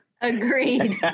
Agreed